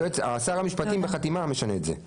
שר המשפטים משנה את זה בחתימה.